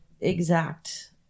exact